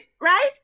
right